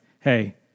hey